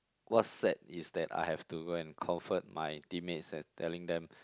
what's sad is that I have to go and comfort my team mates and telling them